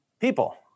people